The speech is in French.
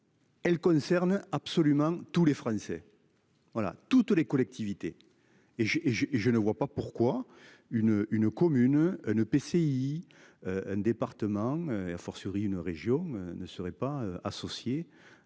Elle concerne absolument tous les Français. Voilà toutes les collectivités, et j'ai j'ai je ne vois pas pourquoi une une commune ne PCI. Départements et a fortiori une région ne serait pas associé.